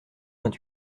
vingt